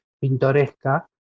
pintoresca